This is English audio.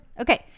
Okay